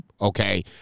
okay